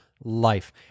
life